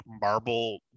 marble